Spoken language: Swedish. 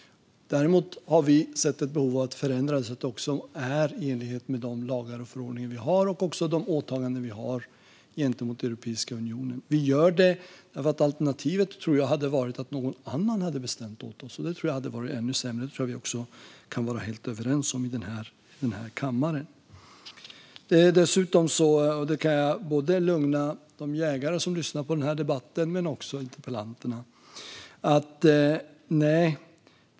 Däremot har vi sett ett behov av att förändra det så att det också är i enlighet med de lagar och förordningar vi har och de åtaganden vi har gentemot Europeiska unionen. Vi gör det därför att alternativet, tror jag, hade varit att någon annan hade bestämt detta åt oss, och det tror jag hade varit ännu sämre. Det tror jag att vi kan vara helt överens om i denna kammare. Jag kan lugna de jägare som lyssnar på den här debatten, men också interpellanterna.